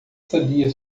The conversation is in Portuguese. sabia